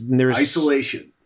Isolation